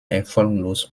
erfolglos